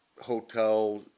hotel